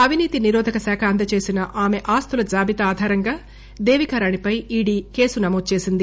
అవినీతి నిరోధక శాఖ అందజేసిన ఆమె ఆస్తుల జాబితా ఆధారంగా దేవికారాణిపై ఈడీ కేసు నమోదు చేసింది